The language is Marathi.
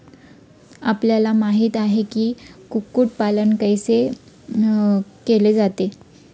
आपल्याला माहित आहे की, कुक्कुट पालन कैसे केले जाते?